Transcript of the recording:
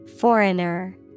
Foreigner